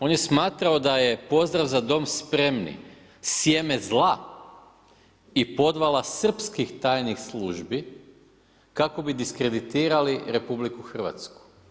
On je smatrao da je pozdrav „Za Dom spremni“ sjeme zla i podvala srpskih tajnih službi kako bi diskreditirali RH.